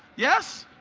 yes?